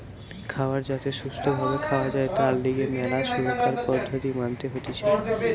খাবার যাতে সুস্থ ভাবে খাওয়া যায় তার লিগে ম্যালা সুরক্ষার পদ্ধতি মানতে হতিছে